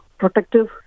protective